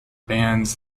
bans